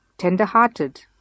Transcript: tender-hearted